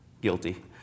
guilty